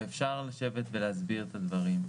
ואפשר לשבת ולהסביר את הדברים.